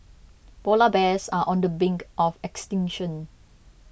Polar Bears are on the brink of extinction